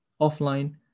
offline